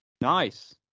Nice